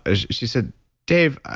ah she said dave,